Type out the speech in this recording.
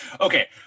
Okay